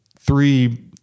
three